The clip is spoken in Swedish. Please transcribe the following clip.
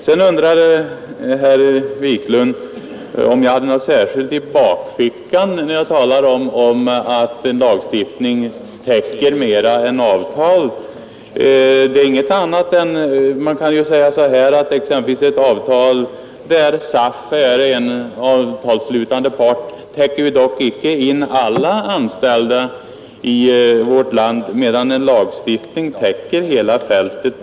Sedan undrade herr Wiklund om jag hade något särskilt i bakfickan, när jag talade om att en lagstiftning täcker mera än avtal. Man kan ju säga att exempelvis ett avtal där SAF är ena parten täcker inte in alla anställda i vårt land, medan en lagstiftning täcker hela fältet.